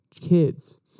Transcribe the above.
kids